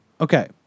Okay